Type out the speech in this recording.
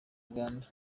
uganda